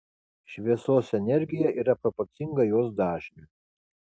šviesos energija yra proporcinga jos dažniui